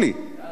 נקשיב לך.